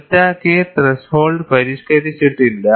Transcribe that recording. delta K threshold പരിഷ്ക്കരിച്ചിട്ടില്ല